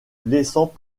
blessant